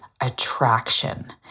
attraction